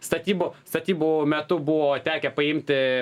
statybų statybų metu buvo tekę paimti